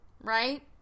right